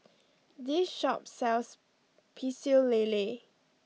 this shop sells Pecel Lele